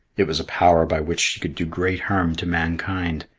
it was a power by which she could do great harm to mankind,